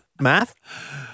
Math